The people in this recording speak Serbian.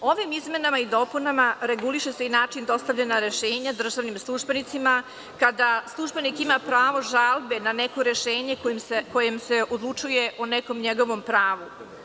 Ovim izmenama i dopunama reguliše se i način dostavljanja rešenja državnim službenicima kada službenik ima pravo žalbe na neko rešenje kojim se odlučuje o nekom njegovom pravu.